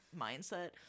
mindset